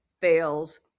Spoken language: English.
fails